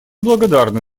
благодарны